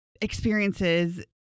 experiences